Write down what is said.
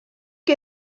que